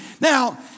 Now